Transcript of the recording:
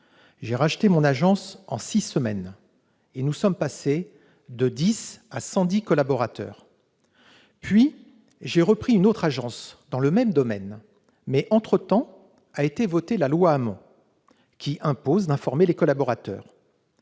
J'ai racheté mon agence en six semaines, et nous sommes passés de dix à cent dix collaborateurs. « Puis, j'ai repris une autre agence dans le même domaine. Mais, entre-temps, a été votée la loi Hamon, qui impose d'informer les collaborateurs.